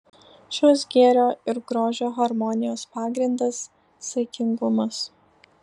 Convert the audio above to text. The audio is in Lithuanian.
šios gėrio ir grožio harmonijos pagrindas saikingumas